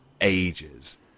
ages